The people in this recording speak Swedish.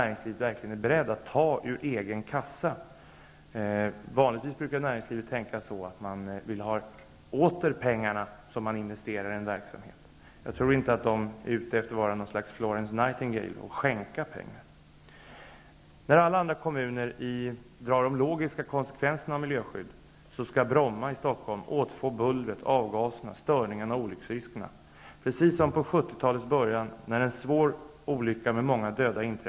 Är utskottet verkligen berett att ta ur egen kassa? Vanligtvis brukar näringslivet vilja ha de pengar som man investerar i en verksamhet åter. Jag tror inte att näringslivet är ute efter att vara något slags Florence Nightingale och skänka bort pengarna. När alla andra kommuner drar konsekvenserna av miljöskyddet, skall Bromma i Stockholm återfå bullret, avgaserna, störningarna och olycksriskerna. Under 70-talets början inträffade en svår olycka med många döda.